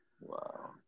Wow